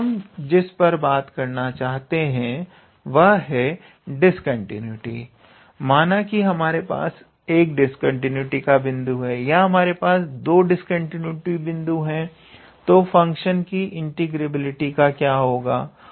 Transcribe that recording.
तो हम जिस पर बात करना चाहते हैं वह है डिस्कंटीन्यूटी माना कि हमारे पास एक डिस्कंटीन्यूटी का बिंदु है या हमारे पास दो डिस्कंटीन्यूटी बिंदु है तो फंक्शन की इंटीग्रेबिलिटी का क्या होगा